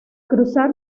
cruzar